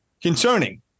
concerning